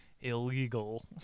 illegal